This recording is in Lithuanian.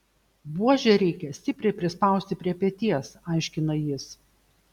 buožę reikia stipriai prispausti prie peties aiškina jis